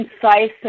concise